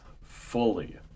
fully